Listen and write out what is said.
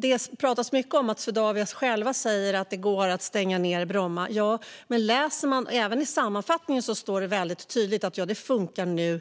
Det talas mycket om att Swedavia självt säger att det går att stänga Bromma. Jovisst, men även om man bara läser sammanfattningen ser man att det står väldigt tydligt att det funkade